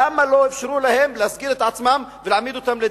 למה לא אפשרו להם להסגיר את עצמם ולעמוד לדין?